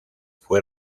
fue